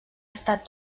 estat